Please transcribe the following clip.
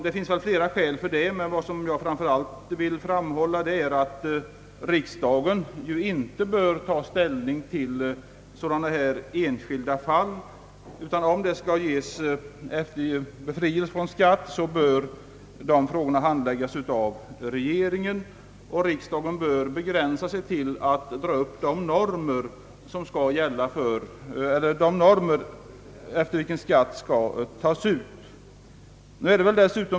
Det finns flera skäl för detta, men vad jag framför allt vill framhålla är att riksdagen inte bör ta ställning till enskilda fall. Om befrielse från skatt skall beviljas, bör en sådan fråga handläggas av regeringen. Riksdagen bör begränsa sig till att dra upp de normer efter vilka skatt skall tas ut.